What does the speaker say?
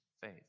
faith